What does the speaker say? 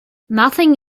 nothing